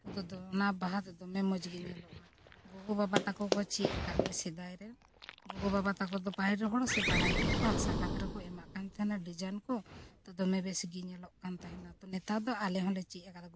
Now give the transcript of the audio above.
ᱩᱱᱠᱩ ᱫᱚ ᱚᱱᱟ ᱵᱟᱦᱟ ᱫᱚ ᱫᱚᱢᱮ ᱢᱚᱡᱽ ᱜᱮ ᱧᱮᱞᱚᱜᱼᱟ ᱜᱚᱜᱚ ᱵᱟᱵᱟ ᱛᱟᱠᱚ ᱠᱚ ᱪᱮᱫ ᱟᱠᱟᱫ ᱞᱮ ᱥᱮᱫᱟᱭ ᱨᱮ ᱜᱚᱜᱚ ᱵᱟᱵᱟ ᱛᱟᱠᱚ ᱫᱚ ᱵᱟᱭᱨᱮ ᱦᱚᱲ ᱥᱮ ᱵᱟᱲᱟᱭ ᱜᱮᱭᱟᱠᱚ ᱦᱟᱥᱟ ᱠᱟᱸᱛ ᱨᱮᱠᱚ ᱮᱢᱟᱜ ᱠᱟᱱ ᱛᱟᱦᱮᱱᱟ ᱰᱤᱡᱟᱭᱤᱱ ᱠᱚ ᱛᱚ ᱫᱚᱢᱮ ᱵᱮᱥ ᱜᱮ ᱧᱮᱞᱚᱜ ᱠᱟᱱ ᱛᱟᱦᱮᱱᱟ ᱛᱚ ᱱᱮᱛᱟᱨ ᱫᱚ ᱟᱞᱮ ᱦᱚᱸᱞᱮ ᱪᱮᱫ ᱟᱠᱟᱫ